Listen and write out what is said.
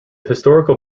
historical